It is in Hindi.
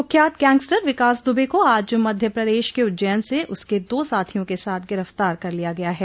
कुख्यात गैंगस्टर विकास दुबे को आज मध्य प्रदेश के उज्जैन से उसके दो साथियों के साथ गिरफ्तार कर लिया गया है